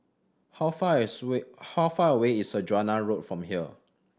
how far is way how far away is Saujana Road from here